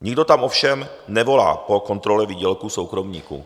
Nikdo tam ovšem nevolá po kontrole výdělků soukromníků.